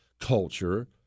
culture